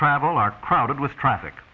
travel are crowded with traffic